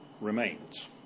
remains